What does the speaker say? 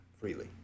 freely